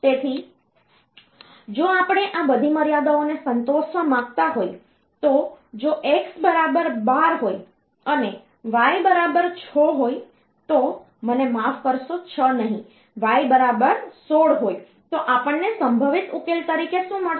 તેથી જો આપણે આ બધી મર્યાદાઓને સંતોષવા માંગતા હોય તો જો x બરાબર 12 હોય અને y બરાબર 6 હોય તો' મને માફ કરશો 6 નહીં y બરાબર 16 હોય તો આપણને સંભવિત ઉકેલ તરીકે શું મળશે